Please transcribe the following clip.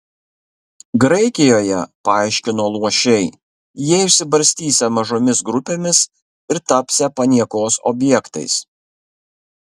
graikijoje paaiškino luošiai jie išsibarstysią mažomis grupėmis ir tapsią paniekos objektais